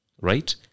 right